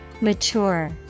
Mature